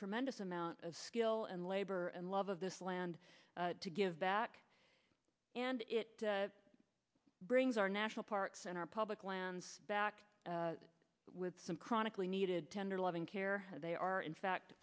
tremendous amount of skill and labor and love of this land to give back and it brings our national parks and our public lands back with some chronically needed tender loving care they are in fact